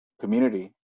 community